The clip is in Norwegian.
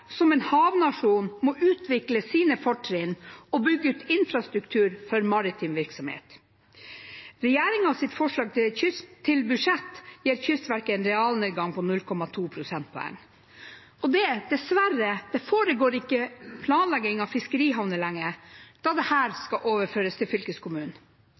som en havnasjon må utvikle sine fortinn og bygge ut infrastruktur for maritim virksomhet. Regjeringens forslag til budsjett gir Kystverket en realnedgang på 0,2 prosentpoeng. Det foregår dessverre ikke planlegging av fiskerihavner lenger, da dette skal overføres til fylkeskommunene. Det